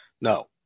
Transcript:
No